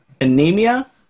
Anemia